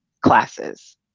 classes